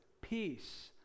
peace